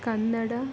Kannada